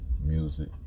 music